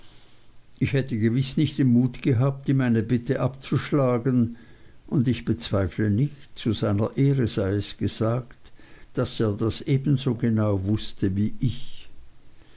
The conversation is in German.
ich hätte gewiß nicht den mut gehabt ihm eine bitte abzuschlagen und ich bezweifle nicht zu seiner ehre sei es gesagt daß er das ebenso genau wußte wie ich